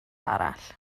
arall